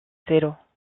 cero